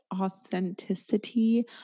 authenticity